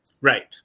Right